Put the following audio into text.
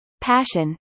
passion